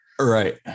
Right